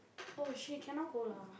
oh shit cannot go lah